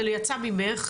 זה יצא ממך,